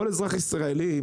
כל אזרח ישראלי?